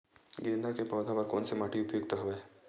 गेंदा के पौधा बर कोन से माटी उपयुक्त हवय?